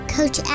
Coach